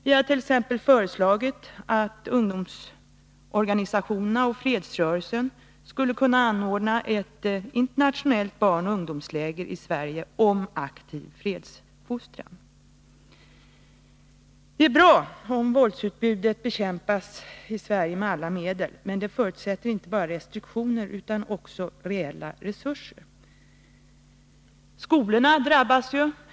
Vi har t.ex. föreslagit att ungdomsorganisationerna och fredsrörelsen skulle kunna anordna ett internationellt barnoch ungdomsläger i Sverige om aktiv fredsfostran. Det är bra om våldsutbudet bekämpas i Sverige med alla medel, men detta förutsätter inte bara restriktioner utan också reella resurser.